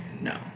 No